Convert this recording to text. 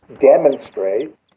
demonstrate